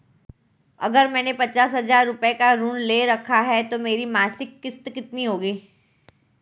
अगर मैंने पचास हज़ार रूपये का ऋण ले रखा है तो मेरी मासिक किश्त कितनी होगी?